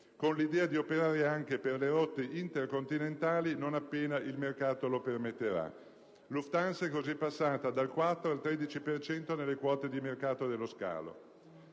con l'idea di operare anche per le rotte intercontinentali non appena il mercato lo permetterà. Lufthansa è così passata dal 4 al 13 per cento nelle quote di mercato dello scalo.